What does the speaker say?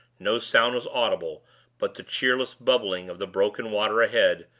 no sound was audible but the cheerless bubbling of the broken water ahead,